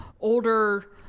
Older